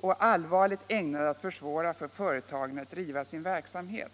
och allvarligt ägnad att försvåra för företagen att driva sin verksamhet.